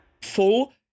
full